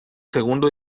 segundo